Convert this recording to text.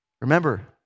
Remember